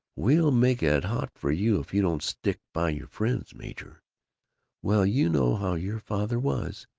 we'll make it hot for you if you don't stick by your friends, major well, you know how your father was,